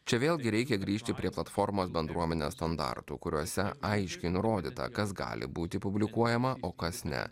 čia vėlgi reikia grįžti prie platformos bendruomenės standartų kuriuose aiškiai nurodyta kas gali būti publikuojama o kas ne